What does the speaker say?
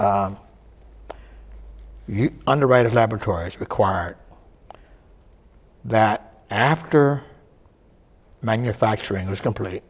that underwriters laboratories required that after manufacturing was complete